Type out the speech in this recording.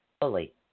fully